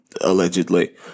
allegedly